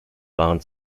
waren